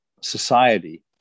society